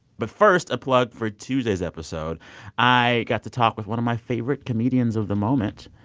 but first, a plug for tuesday's episode i got to talk with one of my favorite comedians of the moment.